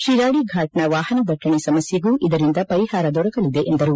ಶಿರಾಡಿ ಘಾಟ್ನ ವಾಹನ ದಟ್ಟಣೆ ಸಮಸ್ಯೆಗೂ ಇದರಿಂದ ಪರಿಹಾರ ದೊರಕಲಿದೆ ಎಂದರು